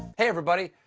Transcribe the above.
hey, everybody!